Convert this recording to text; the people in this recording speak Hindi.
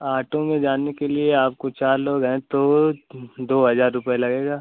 आटो में जाने के लिए आपको चार लोग हैं तो दो हज़ार रुपये लगेगा